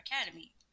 academy